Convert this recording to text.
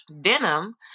Denim